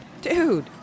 Dude